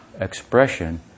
expression